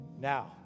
Now